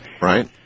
Right